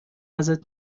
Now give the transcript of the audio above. ازت